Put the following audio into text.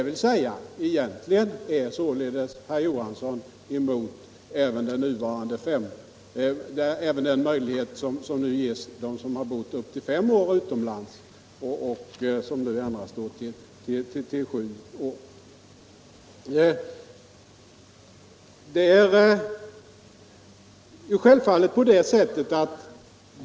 Herr Johansson är således emot även den möjlighet som ges den som har bott upp till fem år utomlands — en gräns som nu ändras till sju år.